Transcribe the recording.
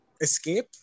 escape